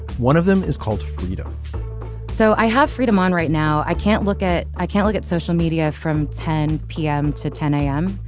one of them is called freedom so i have freedom on right now. i can't look at i can't get social media from ten p m. to ten a m.